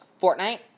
Fortnite